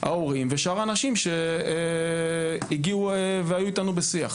ההורים ושאר האנשים שהגיעו והיו איתנו בשיח.